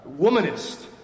womanist